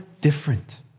different